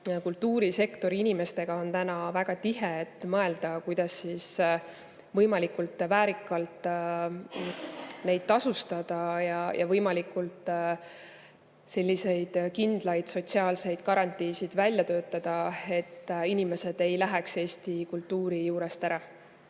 kultuurisektori inimestega on täna väga tihe, me mõtleme, kuidas võimalikult väärikalt neid inimesi tasustada ja võimalikult kindlaid sotsiaalseid garantiisid välja töötada, et inimesed ei läheks Eesti kultuuri juurest ära.